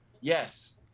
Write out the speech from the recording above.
yes